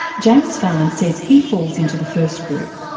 james fallon says he falls into the first group.